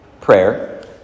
prayer